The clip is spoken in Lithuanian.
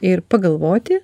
ir pagalvoti